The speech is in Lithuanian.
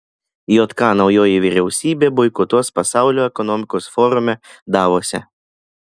jk naujoji vyriausybė boikotuos pasaulio ekonomikos forume davose